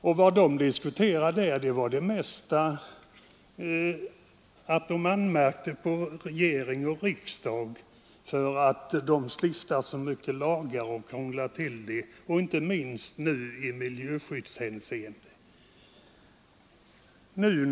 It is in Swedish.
Det mesta av diskussionen gick åt till att anmärka på regering och riksdag för att de stiftar så många lagar som krånglar till det, inte minst nu i miljöskyddshänseende.